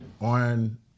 on